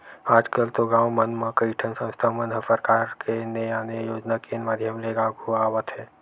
आजकल तो गाँव मन म कइठन संस्था मन ह सरकार के ने आने योजना के माधियम ले आघु आवत हे